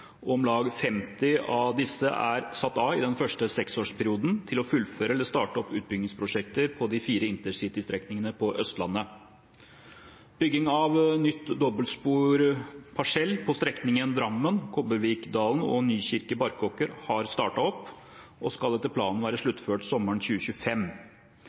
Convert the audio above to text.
Om lag 50 av disse er satt av i den første seksårsperioden til å fullføre eller starte opp utbyggingsprosjekter på de fire intercitystrekningene på Østlandet. Bygging av ny dobbeltsporparsell på strekningen Drammen–Kobbervikdalen og Nykirke–Barkåker har startet opp og skal etter planen være sluttført sommeren 2025.